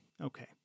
Okay